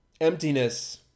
Emptiness